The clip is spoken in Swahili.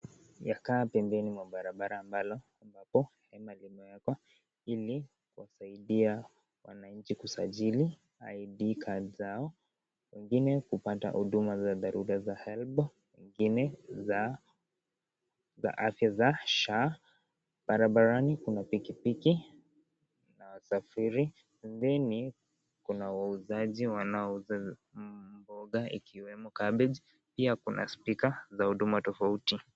Yakaa pembeni mwa barabara ambapo hema limewekwa hema ili kuwasaidia wananchi kusajili (cs)Id cards(cs)zao, wengine kupata huduma za dharura za (cs)Helb(cs) wengine za afya za (cs)SHA(cs),barabarani kuna pikipiki na wasafiri, pembeni kuna wauzaji wanaouza mboga ikiwemo (cs)cabbage(cs) pia kuna spika za huduma tofauti.